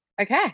okay